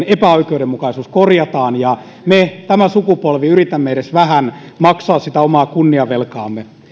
epäoikeudenmukaisuus korjataan ja me tämä sukupolvi yritämme edes vähän maksaa sitä omaa kunniavelkaamme